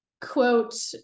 quote